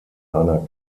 einer